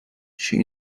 she